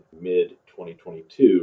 mid-2022